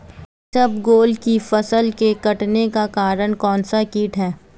इसबगोल की फसल के कटने का कारण कौनसा कीट है?